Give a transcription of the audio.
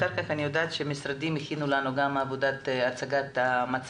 אחר כך אני יודעת שהמשרדים גם הכינו לנו את הצגת המצב